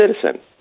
citizen